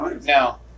Now